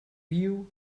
view